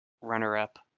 runner-up